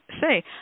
say